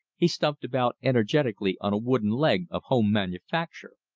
he stumped about energetically on a wooden leg of home manufacture.